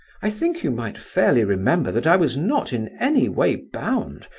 i think you might fairly remember that i was not in any way bound,